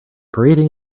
parading